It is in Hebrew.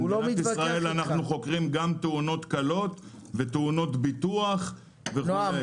במדינות ישראל אנחנו חוקרים גם תאונות קלות ותאונות ביטוח וכו'.